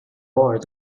award